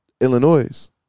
Illinois